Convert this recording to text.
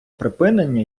припинення